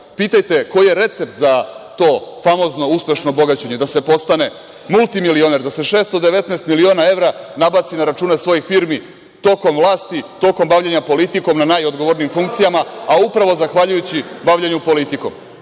glavu, koji je recept za to famozno uspešno bogaćenje da se postane multimilioner, da se 619 miliona evra nabaci na računa svojih firmi tokom vlasti, tokom bavljenja politikom na najodgovornijim funkcijama, a upravo zahvaljujući bavljenju politikom?